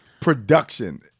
Production